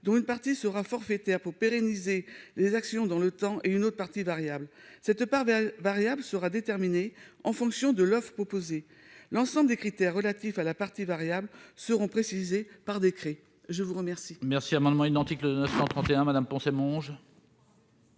dont une partie sera forfaitaire pour pérenniser les actions dans le temps et une autre partie variable cette part vers variable sera déterminée en fonction de l'offre proposée l'ensemble des critères relatifs à la partie variable seront précisées par décret, je vous remercie.